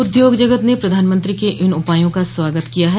उद्योग जगत ने प्रधानमंत्री के इन उपायों का स्वागत किया है